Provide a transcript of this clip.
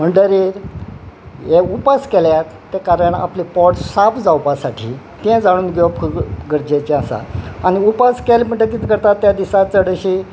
म्हणटगरी हे उपास केल्या ते कारण आपले पोट साफ जावपा तें जाणून घेवप खूब गरजेचें आसा आनी उपास केल म्हणटा कितें करता त्या दिसा चडशी